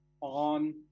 on